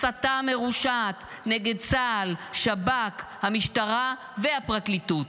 הסתה מרושעת נגד צה"ל, שב"כ, המשטרה והפרקליטות.